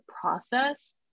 process